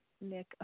Nick